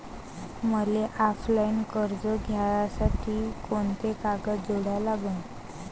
मले ऑफलाईन कर्ज घ्यासाठी कोंते कागद जोडा लागन?